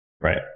Right